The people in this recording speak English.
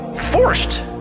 forced